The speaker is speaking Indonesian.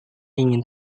ingin